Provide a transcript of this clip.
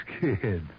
kid